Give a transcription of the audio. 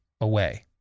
away